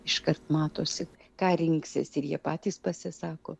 iškart matosi ką rinksis ir jie patys pasisako